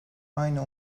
aynı